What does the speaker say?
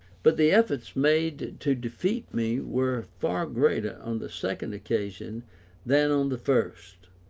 but the efforts made to defeat me were far greater on the second occasion than on the first.